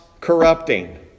corrupting